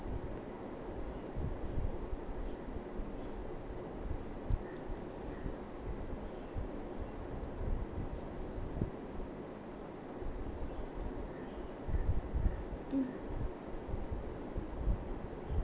mm